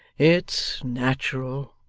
it's natural,